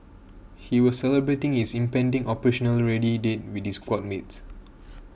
he was celebrating his impending operationally ready date with his squad mates